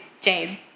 Jane